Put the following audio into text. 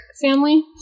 family